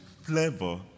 flavor